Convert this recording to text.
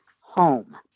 home